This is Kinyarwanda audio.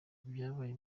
ibyabaye